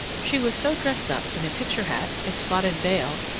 she was so dressed up in a picture hat, a spotted veil,